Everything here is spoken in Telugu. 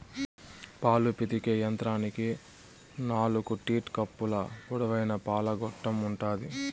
పాలు పితికే యంత్రానికి నాలుకు టీట్ కప్పులు, పొడవైన పాల గొట్టం ఉంటాది